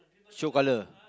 show color